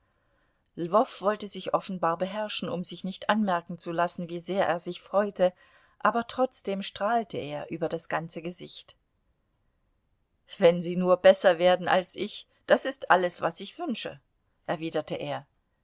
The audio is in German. lwow wollte sich offenbar beherrschen um sich nicht anmerken zu lassen wie sehr er sich freute aber trotzdem strahlte er über das ganze gesicht wenn sie nur besser werden als ich das ist alles was ich wünsche erwiderte er